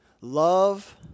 love